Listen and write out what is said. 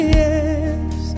yes